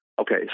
Okay